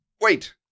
wait